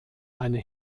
eine